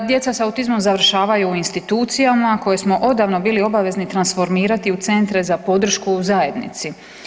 Djeca sa autizmom završavaju u institucijama koje smo odavno bili obavezni transformirati u centre za podršku u zajednici.